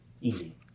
Easy